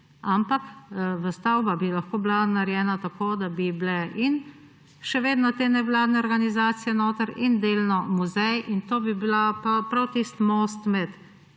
ampak stavba bi lahko bila narejena tako, da bi bile še vedno te nevladne organizacije notri in delno muzej in to bi bil prav tisti most med